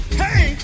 hey